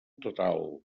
total